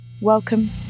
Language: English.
Welcome